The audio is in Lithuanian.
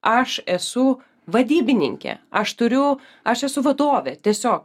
aš esu vadybininkė aš turiu aš esu vadovė tiesiog